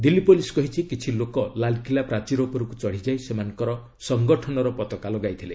Delhi police କହିଛି କିଛି ଲୋକ ଲାଲ୍କିଲ୍ଲା ପ୍ରାଚୀର ଉପରକୁ ଚଢ଼ିଯାଇ ସେମାନଙ୍କର ସଙ୍ଗଠନର ପତାକା ଲଗାଇଥିଲେ